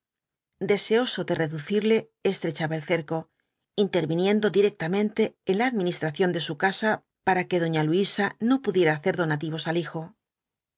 deseoso de reducirle estref haba el cerco interviniendo directamente en la administración de su casa para que doña luisa no pudiera hacer donativos al hijo